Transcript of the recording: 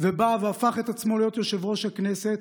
ובא והפך את עצמו להיות יושב-ראש הכנסת,